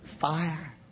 fire